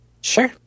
Sure